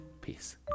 Peace